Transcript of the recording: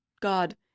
God